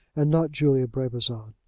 and not julia brabazon.